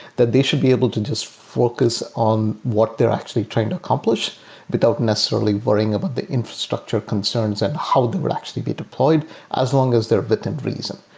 that they should be able to just focus on what they're actually trying to accomplish without necessarily worrying about the infrastructure concerns and hold they will actually be deployed as long as they're within reason.